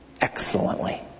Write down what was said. excellently